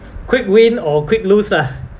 quick win or quick lose ah